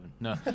No